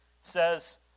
says